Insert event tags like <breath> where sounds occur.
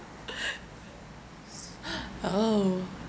<laughs> <noise> <breath> oh